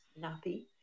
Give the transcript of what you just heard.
nappy